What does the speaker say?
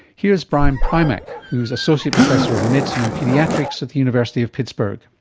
here's brian primack, who's associate professor of medicine and paediatrics at the university of pittsburgh.